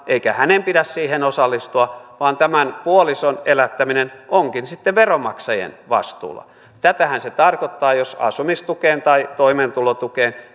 eikä hänen pitäisi siihen osallistua vaan tämän puolison elättäminen onkin sitten veronmaksajien vastuulla tätähän se tarkoittaa jos asumistukeen tai toimeentulotukeen